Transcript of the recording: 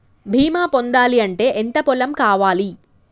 బీమా పొందాలి అంటే ఎంత పొలం కావాలి?